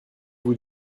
vous